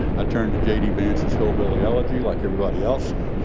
i turned the j d. vance's hillbilly elegy like everybody else,